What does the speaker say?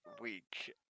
week